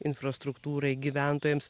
infrastruktūrai gyventojams